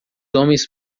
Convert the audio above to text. homens